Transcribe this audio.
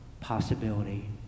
possibility